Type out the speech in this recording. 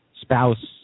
spouse